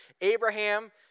Abraham